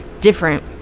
different